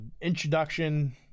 introduction